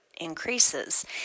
increases